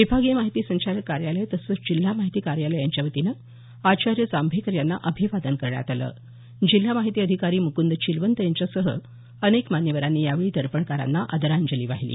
विभागीय माहिती संचालक कार्यालय तसंच जिल्हा माहिती कार्यालय यांच्या वतीनं आचार्य जांभेकर यांना अभिवादन करण्यात आलं जिल्हा माहिती अधिकारी म्कंद चिलवंत यांच्यासह अनेक मान्यवरांनी यावेळी दर्पणकारांना आदरांजली वाहिली